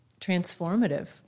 transformative